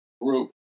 group